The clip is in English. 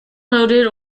noted